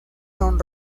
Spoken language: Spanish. son